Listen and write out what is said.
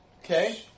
Okay